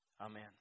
Amen